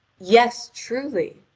yes, truly.